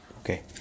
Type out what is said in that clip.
Okay